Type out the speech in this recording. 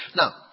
Now